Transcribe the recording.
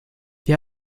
wir